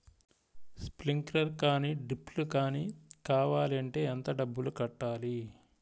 Sprinkler కానీ డ్రిప్లు కాని కావాలి అంటే ఎంత డబ్బులు కట్టాలి?